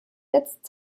jetzt